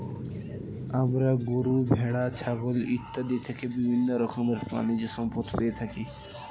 আমরা গরু, ভেড়া, ছাগল ইত্যাদি থেকে বিভিন্ন রকমের প্রাণীজ সম্পদ পেয়ে থাকি